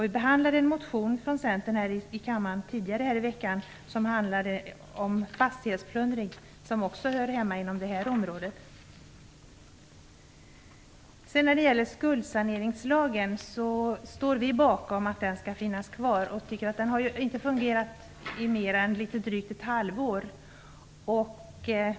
Vi behandlade en motion från Centern här i kammaren tidigare i veckan som handlade om fastighetsplundring, vilket också hör hemma inom det här området. När det gäller skuldsaneringslagen står vi bakom att den skall finnas kvar. Den har ju inte fungerat i mer än litet drygt ett halvår.